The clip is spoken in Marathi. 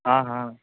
हां हां